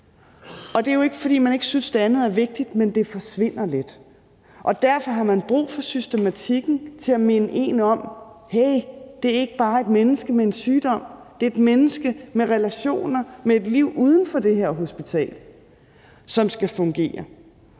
Og det er jo ikke, fordi man ikke synes, det andet er vigtigt, men det forsvinder lidt, og derfor har man brug for systematikken til at minde en om: Det er ikke bare et menneske med en sygdom, men det er et menneske med relationer, med et liv uden for det her hospital, som skal fungere.